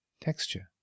texture